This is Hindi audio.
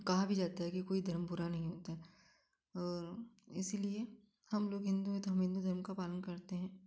कहा भी जाता है कि कोई धर्म बुरा नहीं होते इसीलिए हम लोग हिंदू है तो हिंदू धर्म का पालन करते हैं